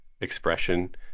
expression